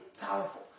powerful